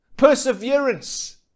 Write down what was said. perseverance